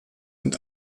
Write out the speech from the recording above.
und